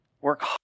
Work